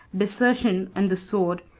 desertion and the sword,